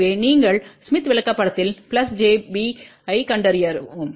எனவே நீங்கள் ஸ்மித் விளக்கப்படத்தில் j b ஐக் கண்டறியவும்